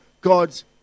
God's